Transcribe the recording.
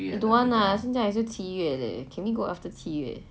I don't want lah 现在也是七月 can we go after 七月